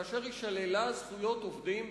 כאשר היא שללה זכויות עובדים,